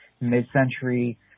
mid-century